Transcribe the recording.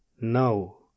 no